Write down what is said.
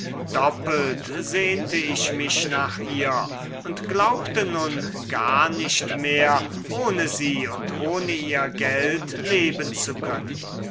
doppelt sehnte ich mich nach ihr und glaubte nun gar nicht mehr ohne sie und ohne ihr geld leben zu können